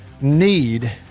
need